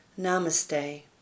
Namaste